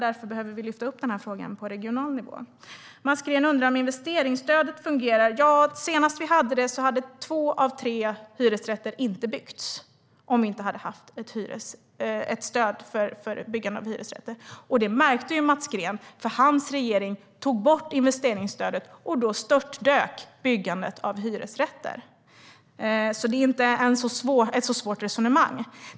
Därför behöver vi lyfta upp den här frågan på regional nivå. Mats Green undrar om investeringsstödet fungerar. Ja, senast vi hade det hade två av tre hyresrätter inte byggts utan stödet. Det märkte Mats Green, för när hans parti var i regeringsställning tog man bort investeringsstödet, och då störtdök byggandet av hyresrätter. Det är inte ett särskilt svårt resonemang.